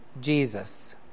Jesus